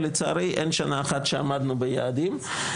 ולצערי אין שנה אחת שעמדנו ביעדים.